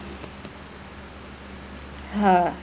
uh